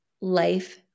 life